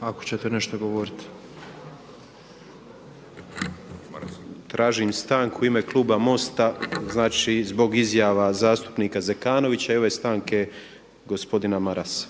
ako ćete nešto govoriti. **Grmoja, Nikola (MOST)** Tražim stanku u ime kluba MOST-a, znači zbog izjava zastupnika Zekanovića i ove stanke gospodina Marasa.